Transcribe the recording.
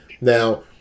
Now